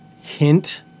hint